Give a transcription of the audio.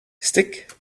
stick